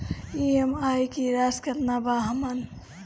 EMI की राशि केतना बा हमर?